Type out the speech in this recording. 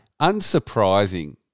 unsurprising